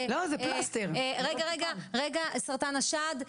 סרטן השד,